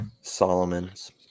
Solomons